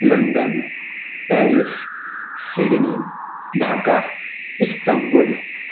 London Paris Sydney Dhaka Istanbul